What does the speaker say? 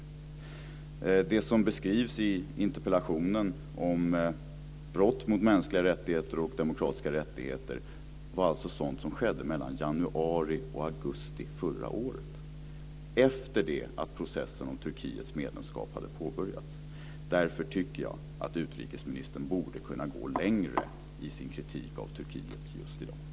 Det som beskrivs i interpellationen om brott mot mänskliga rättigheter och demokratiska rättigheter var alltså sådant som skedde mellan januari och augusti förra året - efter det att processen om Turkiets medlemskap hade påbörjats. Därför tycker jag att utrikesministern borde kunna gå längre i sin kritik av Turkiet just i dag.